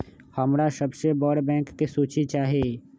हमरा सबसे बड़ बैंक के सूची चाहि